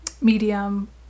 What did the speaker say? Medium